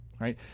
right